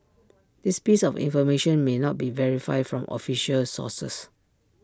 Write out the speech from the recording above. this piece of information may not be verified from official sources